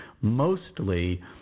mostly